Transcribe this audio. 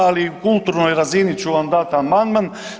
Ali na kulturnoj razini ću vam dat amandman.